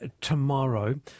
tomorrow